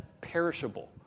perishable